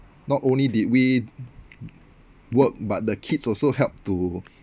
not only did we work but the kids also help to